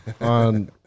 on